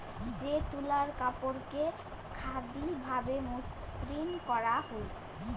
যে তুলার কাপড়কে খাদি ভাবে মসৃণ করাং হই